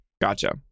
Gotcha